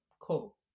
cool